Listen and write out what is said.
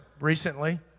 recently